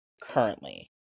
currently